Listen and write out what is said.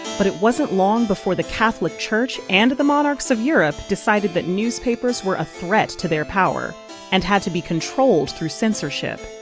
but it wasn't long before the catholic church and the monarchs of europe decided that newspapers were a threat to their power and had to be controlled through censorship.